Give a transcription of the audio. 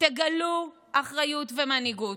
תגלו אחריות ומנהיגות.